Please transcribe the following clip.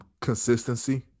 consistency